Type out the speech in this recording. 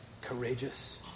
courageous